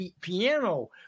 Piano